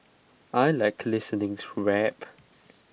I Like listening to rap